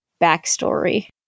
backstory